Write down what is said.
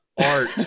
art